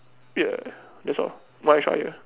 ya that's all one extra year